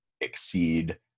exceed